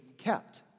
kept